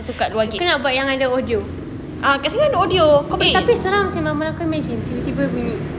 kat luar gate ah kat sini ada audio kau boleh